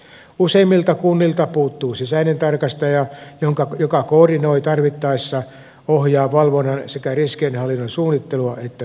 useimmilta kunnilta puuttuu sisäinen tarkastaja joka koordinoi tarvittaessa ohjaa valvonnan ja riskienhallinnan sekä suunnittelua että toteutusta